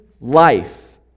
life